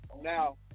Now